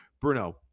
Bruno